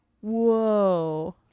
whoa